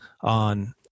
on